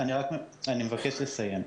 אני מבקש לסיים.